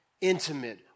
intimate